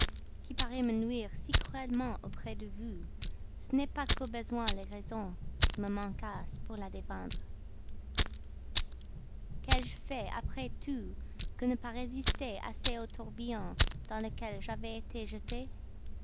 qui paraît me nuire si cruellement auprès de vous ce n'est pas qu'au besoin les raisons me manquassent pour la défendre qu'ai-je fait après tout que ne pas résister assez au tourbillon dans lequel j'avais été jeté